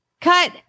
cut